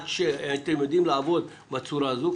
אם אתם יודעים לעבוד בצורה הזו,